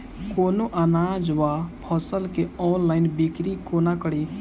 कोनों अनाज वा फसल केँ ऑनलाइन बिक्री कोना कड़ी?